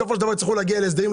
בסופו של דבר יצטרכו להגיע להסדרים,